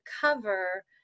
cover